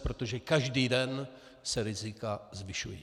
Protože každý den se rizika zvyšují.